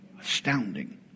Astounding